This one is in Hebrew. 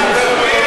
דבר.